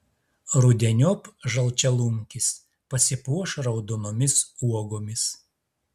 rudeniop žalčialunkis pasipuoš raudonomis uogomis